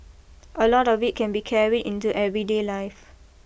a lot of it can be carried into everyday life